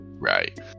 right